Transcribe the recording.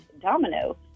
domino